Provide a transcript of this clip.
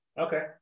Okay